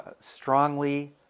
strongly